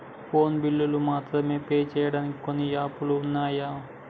phone బిల్లులు మాత్రమే pay చెయ్యడానికి కొన్ని యాపులు వున్నయ్